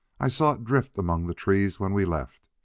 i saw it drift among the trees when we left,